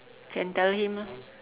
can tell him lah